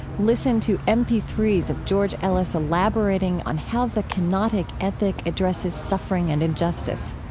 listen to m p three s of george ellis elaborating on how the kenotic ethic addresses suffering and injustice.